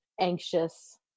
anxious